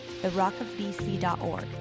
therockofbc.org